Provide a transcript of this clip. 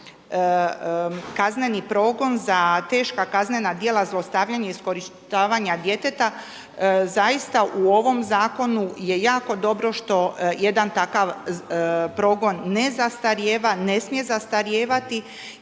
kazneni progon za teška kaznena djela zlostavljanja i iskorištavanja djeteta zaista u ovom zakonu je jako dobro što jedan takav progon ne zastarijeva, ne smije zastarijevati